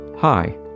Hi